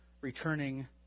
returning